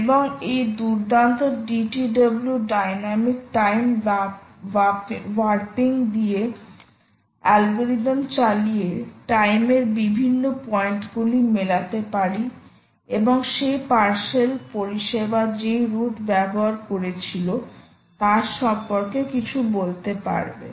এবং এই দুর্দান্ত DTW dynamic time warping algorithm চালিয়ে টাইম এর বিভিন্ন পয়েন্টগুলি মেলাতে পারি এবং সেই পার্সেল পরিষেবা যেই রুট ব্যবহার করেছিল তার সম্পর্কে কিছু বলতে পারব